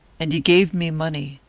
and he gave me money,